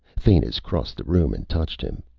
thanis crossed the room and touched him.